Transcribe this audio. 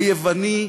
היווני.